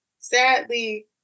sadly